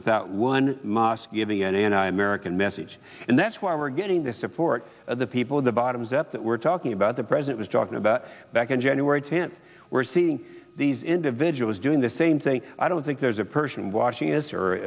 without one mosque giving an anti american message and that's why we're getting the support of the people of the bottoms up that we're talking about the president was talking about back in january tenth we're seeing these individuals doing the same thing i don't think there's a person watching us or